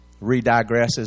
re-digresses